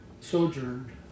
sojourned